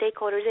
stakeholders